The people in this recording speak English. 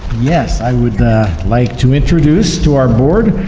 yes, i would like to introduce to our board,